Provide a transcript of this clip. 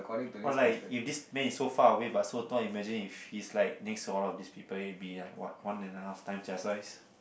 or like if this man is so far away but so tall imagine if he's like next to all these people he will be like what one and a half times their size